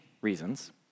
reasons